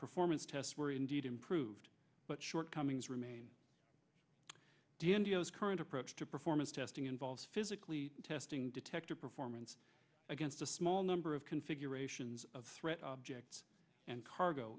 performance tests were indeed improved but shortcomings remain d m d s current approach to performance testing involves physically testing detector performance against a small number of configurations of threat objects and cargo